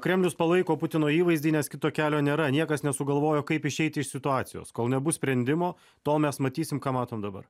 kremlius palaiko putino įvaizdį nes kito kelio nėra niekas nesugalvojo kaip išeiti iš situacijos kol nebus sprendimo tol mes matysim ką matom dabar